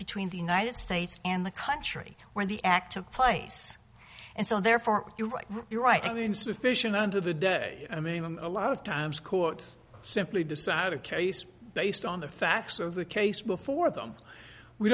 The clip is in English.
between the united states and the country where the act of place and so therefore you're right you're right i mean sufficient unto the day i mean i'm a lot of times court simply decide a case based on the facts of the case before them we